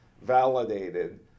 validated